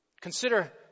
Consider